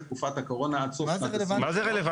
תקופת הקורונה עד סוף 2023. מה זה רלוונטי?